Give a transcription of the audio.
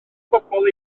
bobol